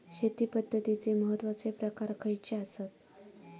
शेती पद्धतीचे महत्वाचे प्रकार खयचे आसत?